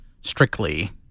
strictly